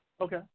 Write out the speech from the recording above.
Okay